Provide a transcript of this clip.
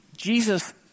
Jesus